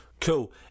cool